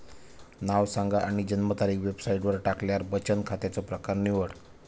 नाव सांग आणि जन्मतारीख वेबसाईटवर टाकल्यार बचन खात्याचो प्रकर निवड